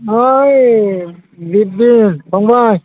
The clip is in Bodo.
ओइ गिदिर फंबाय